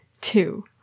two